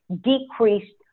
decreased